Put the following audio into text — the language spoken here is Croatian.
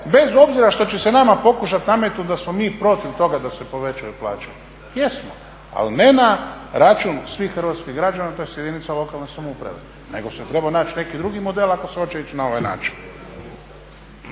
bez obzira što će se nama pokušat nametnut da smo mi protiv toga da se povećaju plaće, jesmo ali ne na račun svih hrvatskih građana tj. jedinica lokalne samouprave, nego se je trebao naći neki drugi model ako se hoće ići na ovaj način.